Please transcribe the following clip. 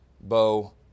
Bo